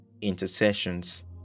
intercessions